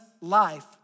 life